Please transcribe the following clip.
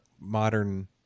modern